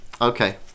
Okay